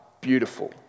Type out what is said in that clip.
beautiful